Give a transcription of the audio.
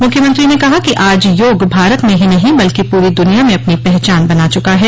मुख्यमंत्री ने कहा कि आज योग भारत में ही नहीं ब्लकि पूरी दनिया में अपनी पहचान बना चुका है